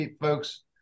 folks